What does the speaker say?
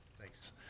Thanks